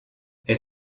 est